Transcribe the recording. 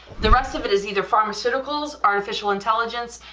the rest of it is either pharmaceuticals artificial intelligence,